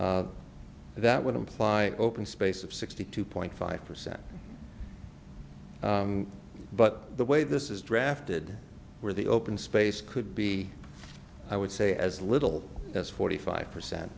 that would imply open space of sixty two point five percent but the way this is drafted where the open space could be i would say as little as forty five percent